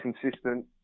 consistent